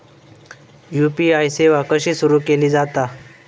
UPI सेवा कशी सुरू केली जाता?